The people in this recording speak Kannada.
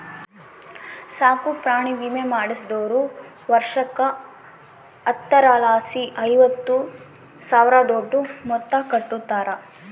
ಸಾಕುಪ್ರಾಣಿ ವಿಮೆ ಮಾಡಿಸ್ದೋರು ವರ್ಷುಕ್ಕ ಹತ್ತರಲಾಸಿ ಐವತ್ತು ಸಾವ್ರುದೋಟು ಮೊತ್ತ ಕಟ್ಟುತಾರ